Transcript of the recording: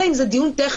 אלא אם זה דיון טכני.